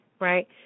right